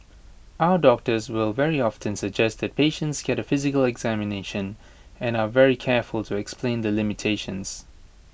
our doctors will very often suggest that patients get A physical examination and are very careful to explain the limitations